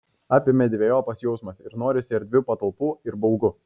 apėmė dvejopas jausmas ir norisi erdvių patalpų ir baugu